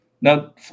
Now